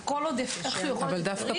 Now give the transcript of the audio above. כלפי חוץ, אז הכל אפשרי אבל צריך תקציב.